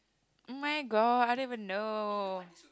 oh-my-god I don't even know